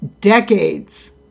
decades